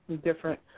different